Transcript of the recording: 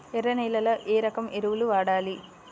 ఎర్ర నేలలో ఏ రకం ఎరువులు వాడాలి?